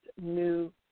new